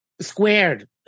squared